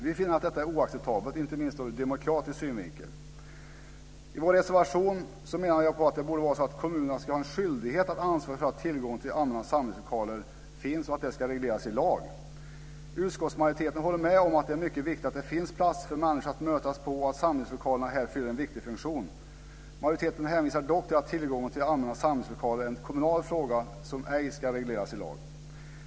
Vi finner att detta är oacceptabelt inte minst ur demokratisk synvinkel. I vår reservation menar vi att det borde vara så att kommunerna ska ha en skyldighet att ansvara för att det finns allmänna samlingslokaler och att det ska regleras i lag. Utskottsmajoriteten håller med om att det är mycket viktigt att det finns platser för människor att mötas på och att samlingslokalerna här fyller en viktig funktion. Majoriteten hänvisar dock till att tillgången till allmänna samlingslokaler är en kommunal fråga som ej ska regleras i lag.